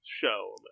show